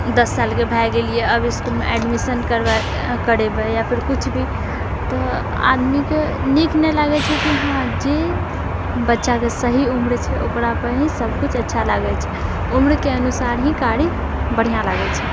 दश सालके भए गेलिऐ अब इसकुलमे एडमिशन करेबै या फेर किछु भी तऽ आदमीके नीक नहि लागैत छै कि हँ जे बच्चाके सही उम्र छै ओकरा पर ही सब किछु अच्छा लागैत छै उम्रके अनुसार ही कार्य बढ़िआँ लागैत छै